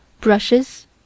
brushes